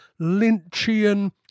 Lynchian